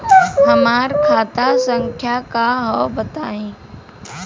हमार खाता संख्या का हव बताई?